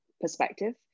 perspective